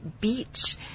beach